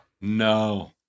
No